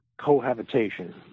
cohabitation